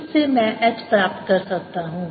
उस से मैं H प्राप्त कर सकता हूं